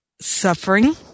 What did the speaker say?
suffering